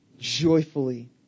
Joyfully